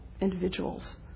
individuals